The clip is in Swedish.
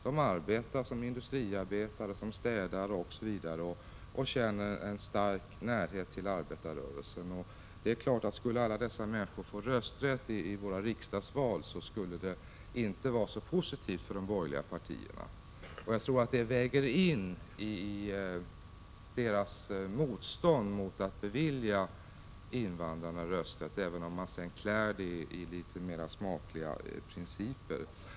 De arbetar som industriarbetare, städare osv. och känner en stark närhet till arbetarrörelsen. Det är klart att om alla dessa människor skulle få rösträtt i riksdagsvalet skulle det inte vara så positivt för de borgerliga partierna. Jag tror att det väger in i deras motstånd mot att bevilja invandrarna rösträtt, även om man sedan klär det i litet mer smakliga ord om principer.